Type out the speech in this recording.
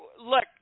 Look